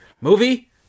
Movie